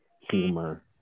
humor